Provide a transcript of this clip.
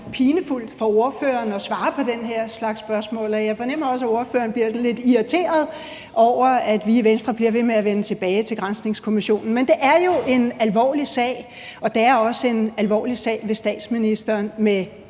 pinefuldt for ordføreren at svare på den her slags spørgsmål, og jeg fornemmer også, at ordføreren bliver sådan lidt irriteret over, at vi i Venstre bliver ved med at vende tilbage til granskningskommissionen. Men det er jo en alvorlig sag, og det er også en alvorlig sag, hvis statsministeren ved